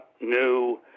new